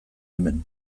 hemen